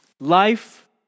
Life